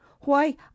Why